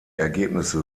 ergebnisse